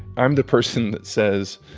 i'm the person that says,